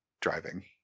driving